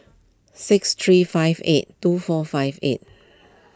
six three five eight two four five eight